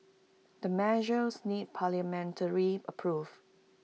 the measures need parliamentary approve